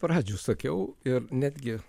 pradžių sakiau ir netgi